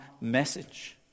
message